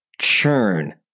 Churn